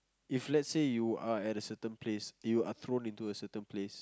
if let's say you are at a certain place you are thrown into a certain place